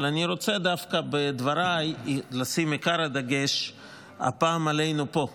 אני רוצה בדבריי הפעם לשים את עיקר הדגש עלינו פה,